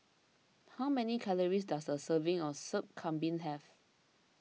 how many calories does a serving of Sup Kambing have